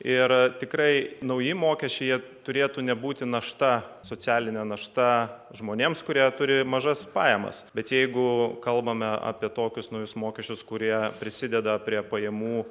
ir tikrai nauji mokesčiai jie turėtų nebūti našta socialinė našta žmonėms kurie turi mažas pajamas bet jeigu kalbame apie tokius naujus mokesčius kurie prisideda prie pajamų